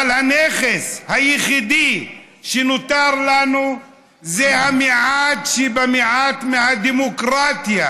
אבל הנכס היחידי שנותר לנו זה המעט שבמעט מהדמוקרטיה